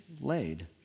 laid